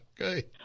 Okay